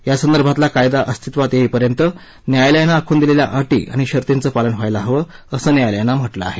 यासंदर्भातला कायदा अस्तित्वात येईपर्यंत न्यायालयानं आखून दिलेल्या अटी आणि शर्तीचं पालन व्हायला हवं असं न्यायालयानं म्हटलं आहे